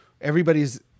everybody's